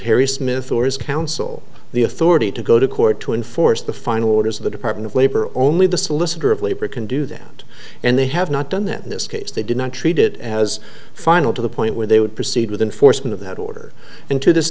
harry smith or his council the authority to go to court to enforce the final orders of the department of labor only the solicitor of labor can do that and they have not done that in this case they did not treat it as final to the point where they would proceed with enforcement of that order and to this